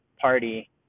party